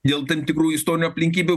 dėl tam tikrų istorinių aplinkybių